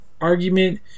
argument